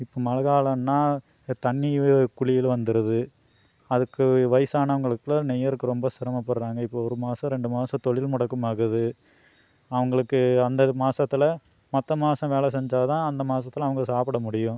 இப்போது மழை காலம்னால் தண்ணியும் குழியில் வந்துடுது அதுக்கு வயசானவங்களுக்கும் நெய்யறதுக்கு ரொம்ப சிரமப்படுகிறாங்க இப்போது ஒரு மாதம் ரெண்டு மாதம் தொழில் முடக்கமாகுது அவங்களுக்கு அந்த மாசத்தில் மற்ற மாதம் வேலை செஞ்சால்தான் அந்த மாசத்தில் அவங்க சாப்பிட முடியும்